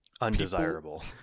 undesirable